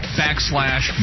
backslash